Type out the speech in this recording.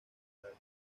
gladys